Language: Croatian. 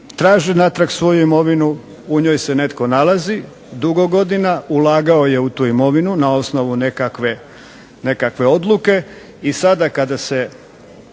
traži natrag svoju imovinu. U njoj se netko nalazi dugo godina. Ulagao je u tu imovinu na osnovu nekakve odluke. I sada kada se,